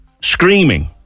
screaming